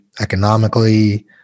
economically